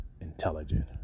intelligent